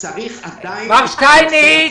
שלושה מיליון שקלים,